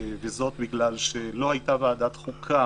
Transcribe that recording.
וזאת בגלל שלא היתה ועדת חוקה